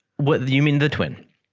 what do you mean the twin